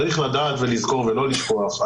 צריך לדעת ולזכור ולא לשכוח,